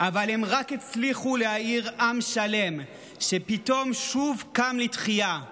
אבל הם רק הצליחו להעיר עם שלם שפתאום שוב קם לתחייה,